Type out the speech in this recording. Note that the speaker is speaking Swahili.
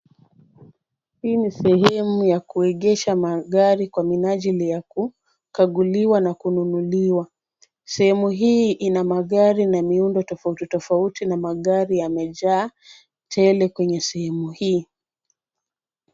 Hii ni sehemu ya kuegesha magari kwa minajili ya kukaguliwa na kununuliwa. Sehemu hii ina magari na miundo tofauti tofauti na magari yamejaa tele kwenye sehemu hii.